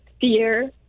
fear